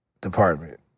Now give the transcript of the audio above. department